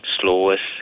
slowest